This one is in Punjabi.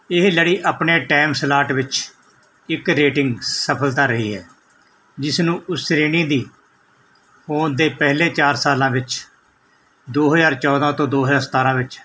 ਇਹ ਲੜੀ ਆਪਣੇ ਟਾਈਮ ਸਲਾਟ ਵਿੱਚ ਇੱਕ ਰੇਟਿੰਗ ਸਫਲਤਾ ਰਹੀ ਹੈ ਜਿਸ ਨੂੰ ਉਸ ਸ਼੍ਰੈਣੀ ਦੀ ਹੋਂਦ ਦੇ ਪਹਿਲੇ ਚਾਰ ਸਾਲਾਂ ਵਿੱਚ ਦੋ ਹਜ਼ਾਰ ਚੌਦਾਂ ਤੋਂ ਦੋ ਹਜ਼ਾਰ ਸਤਾਰਾਂ ਵਿੱਚ